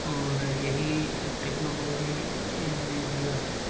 اور یہی ٹیکنالوجی نے دیا ہے